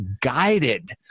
guided